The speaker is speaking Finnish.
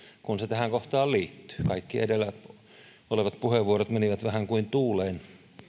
kun se tähän kohtaan liittyy kaikki edellä olleet puheenvuorot menivät vähän kuin tuuleen